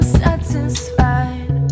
satisfied